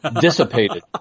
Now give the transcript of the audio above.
dissipated